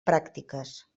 pràctiques